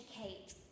educate